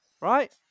Right